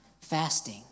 fasting